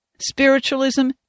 Spiritualism